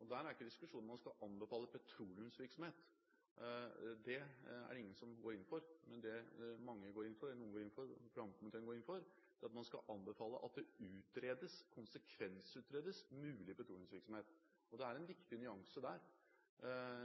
og der er ikke diskusjonen om hvorvidt man skal anbefale petroleumsvirksomhet. Det er det ingen som går inn for. Men det mange – eller programkomiteen – går inn for, er at man skal anbefale at det konsekvensutredes mulig petroleumsvirksomhet. Det er en viktig nyanse der